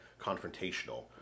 confrontational